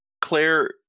Claire